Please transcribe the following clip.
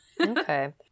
Okay